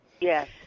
Yes